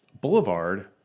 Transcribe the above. Boulevard